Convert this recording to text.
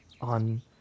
on